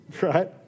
Right